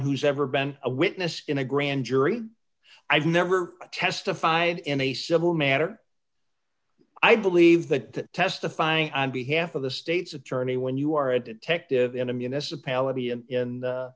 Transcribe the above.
who's ever been a witness in a grand jury i've never testified in a civil matter i believe that testifying on behalf of the state's attorney when you are a detective